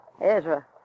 Ezra